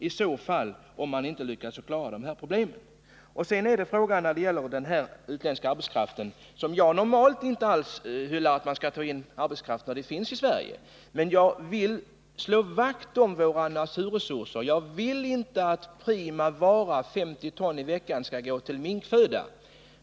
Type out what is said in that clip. Jag brukar normalt inte tala för att vi skall ta in utländsk arbetskraft. Men jag vill också slå vakt om våra naturresurser. Jag vill inte att 50 ton prima fisk i” veckan skall gå till minkföda.